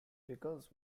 pickles